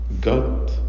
God